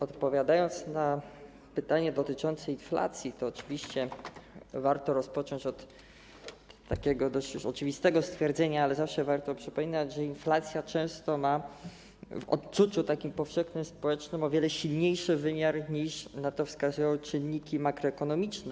Odpowiadając na pytanie dotyczące inflacji, oczywiście warto rozpocząć od takiego dość już oczywistego stwierdzenia, ale zawsze dobrze jest przypominać, że inflacja często ma w odczuciu powszechnym, społecznym o wiele silniejszy wymiar, niż na to wskazują czynniki makroekonomiczne.